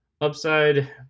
Upside